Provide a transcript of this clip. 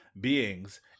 beings